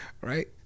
right